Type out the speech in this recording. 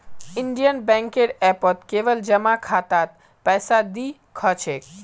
Indian बैंकेर ऐपत केवल जमा खातात पैसा दि ख छेक